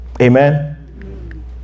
Amen